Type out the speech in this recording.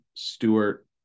Stewart